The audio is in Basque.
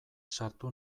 sartu